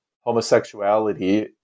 homosexuality